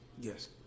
Yes